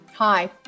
Hi